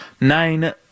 Nine